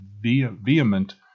vehement